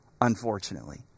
unfortunately